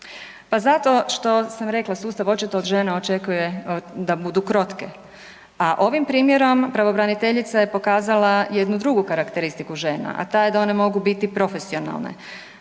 Pa zato što sam rekla, sustav očito od žena očekuje da budu krotke, a ovim primjerom pravobraniteljica je pokazala jednu drugu karakteristiku žena, a ta je da one mogu biti profesionalne,